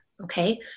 Okay